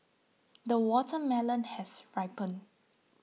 the watermelon has ripened